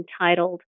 entitled